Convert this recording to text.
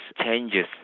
changes